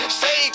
say